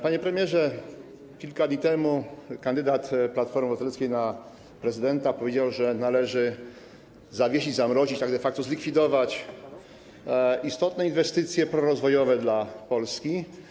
Panie premierze, kilka dni temu kandydat Platformy Obywatelskiej na prezydenta powiedział, że należy zawiesić, zamrozić, de facto zlikwidować istotne inwestycje prorozwojowe dla Polski.